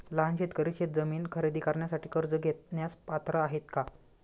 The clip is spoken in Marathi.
लहान शेतकरी शेतजमीन खरेदी करण्यासाठी कर्ज घेण्यास पात्र आहेत का?